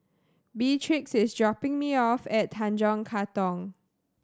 Beatrix is dropping me off at Tanjong Katong